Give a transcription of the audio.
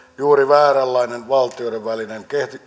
juuri vääränlainen valtioiden välinen